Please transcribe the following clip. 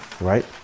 right